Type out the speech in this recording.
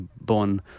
born